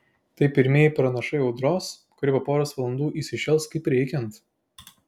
tai pirmieji pranašai audros kuri po poros valandų įsišėls kaip reikiant